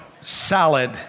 salad